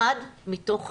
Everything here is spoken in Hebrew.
אחד מתוך חמישה.